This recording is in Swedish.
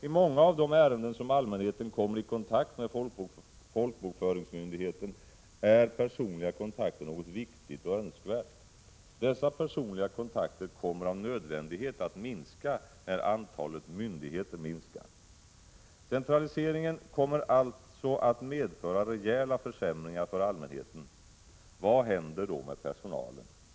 I många av de ärenden där allmänheten kommer i kontakt med folkbokföringsmyndigheten är personliga kontakter något viktigt och önskvärt. Dessa personliga kontakter kommer av nödvändighet att minska när antalet myndigheter minskar. Centraliseringen kommer alltså att medföra rejäla försämringar för allmänheten. Vad händer då med personalen?